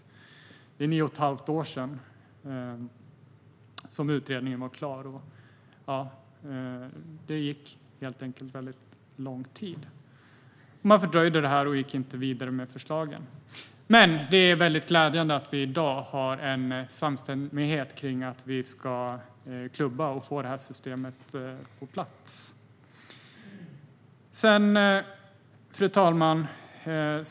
Det är nio och ett halvt år sedan utredningen var klar; det har helt enkelt gått väldigt lång tid. Man fördröjde detta och gick inte vidare med förslagen. Men det är glädjande att vi i dag har en samstämmighet kring att vi ska klubba igenom och få systemet på plats. Fru talman!